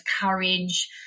courage